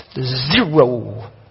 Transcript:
Zero